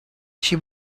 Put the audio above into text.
she